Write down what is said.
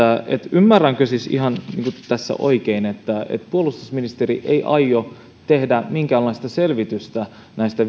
ymmärränkö siis ihan oikein että puolustusministeri ei aio tehdä minkäänlaista selvitystä näistä